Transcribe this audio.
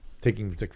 taking